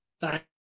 thank